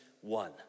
one